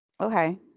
Okay